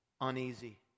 Uneasy